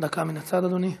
דקה מן הצד, אדוני,